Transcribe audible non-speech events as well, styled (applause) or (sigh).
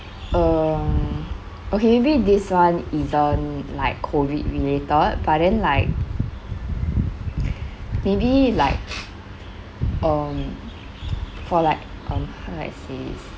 um okay maybe this one isn't like COVID related but then like (breath) maybe like um for like um how do I say this